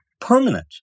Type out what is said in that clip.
permanent